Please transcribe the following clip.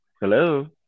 Hello